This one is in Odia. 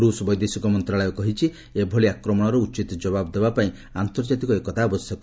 ରୂଷ ବୈଦେଶିକ ମନ୍ତ୍ରଣାଳୟ କହିଛି ଏଭଳି ଆକ୍ରମଣର ଉଚିତ ଜବାବ ଦେବା ପାଇଁ ଆର୍ନ୍ତଜାତିକ ଏକତା ଆବଶ୍ୟକ